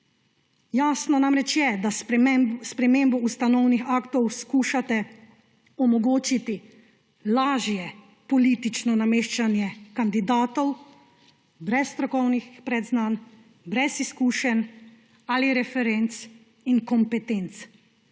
Jasno namreč je, da s spremembo ustanovnih aktov skušate omogočiti lažje politično nameščanje kandidatov brez strokovnih predznanj, brez izkušenj ali referenc in kompetenc.